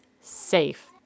safe